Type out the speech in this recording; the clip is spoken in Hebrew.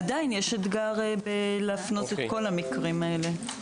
עדיין יש אתגר להפנות את כל המקרים האלה.